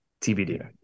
TBD